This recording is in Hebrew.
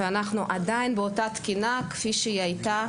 אנחנו עדיין באותה תקינה כפי שהיא הייתה